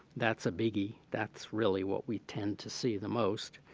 that's a biggie. that's really what we tend to see the most.